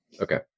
Okay